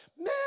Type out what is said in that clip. man